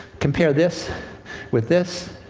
compare this with this.